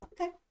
Okay